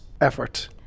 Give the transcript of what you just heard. effort